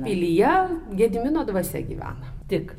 pilyje gedimino dvasia gyvena tik